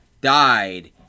died